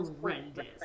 horrendous